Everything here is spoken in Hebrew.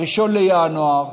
ב-1 בינואר,